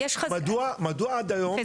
מדוע עד היום -- נכון.